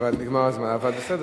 אבל בסדר.